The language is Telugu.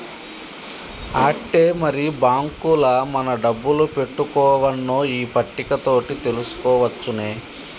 ఆట్టే మరి బాంకుల మన డబ్బులు పెట్టుకోవన్నో ఈ పట్టిక తోటి తెలుసుకోవచ్చునే